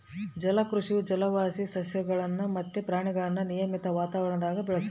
ಜಲಕೃಷಿಯು ಜಲವಾಸಿ ಸಸ್ಯಗುಳು ಮತ್ತೆ ಪ್ರಾಣಿಗುಳ್ನ ನಿಯಮಿತ ವಾತಾವರಣದಾಗ ಬೆಳೆಸೋದು